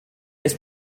ist